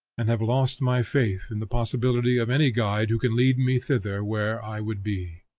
and have lost my faith in the possibility of any guide who can lead me thither where i would be.